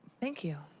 thank you.